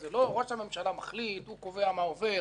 ראש הממשלה מחליט, הוא קובע מה עובר, מה לא עובר.